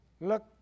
Look